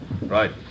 Right